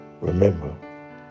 Remember